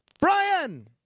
Brian